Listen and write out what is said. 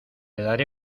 daré